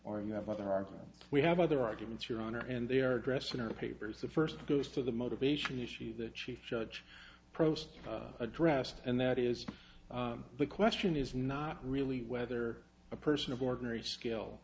or you have other arguments we have other arguments your honor and they are addressed in our papers the first goes to the motivation issue the chief judge prose addressed and that is the question is not really whether a person of ordinary skill